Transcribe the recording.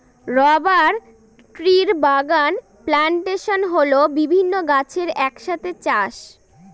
rubber ট্রির বাগান plantation হল বিভিন্ন গাছের এক সাথে চাষ